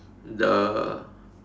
the